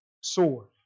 sword